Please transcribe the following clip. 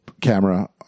camera